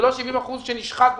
ולא 70% שנשחקו.